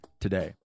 today